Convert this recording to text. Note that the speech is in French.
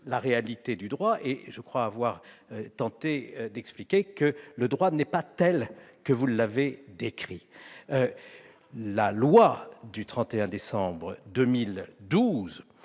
la réalité du droit. Or j'ai tenté d'expliquer que le droit n'est pas tel que vous l'avez décrit. La loi du 31 décembre 2012